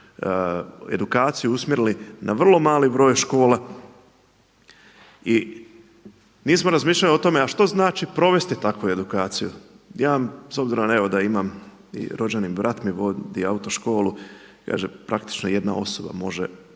edukaciju usmjerili na vrlo mali broj škola i nismo razmišljali o tome a što znači provesti takvu edukaciju. Ja s obzirom evo da imam i rođeni brat mi vodi autoškolu, kaže praktično jedna osoba može